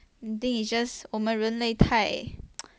I think it's just 我们人类太